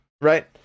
right